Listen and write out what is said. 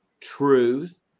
Truth